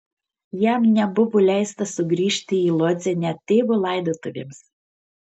jam nebuvo leista sugrįžti į lodzę net tėvo laidotuvėms